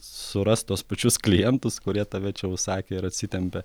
surast tuos pačius klientus kurie tave čia užsakė ir atsitempė